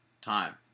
time